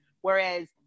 Whereas